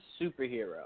superhero